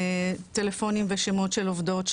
טלפונים ושמות של עובדות,